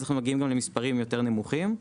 ואז מגיעים למספרים יותר נמוכים.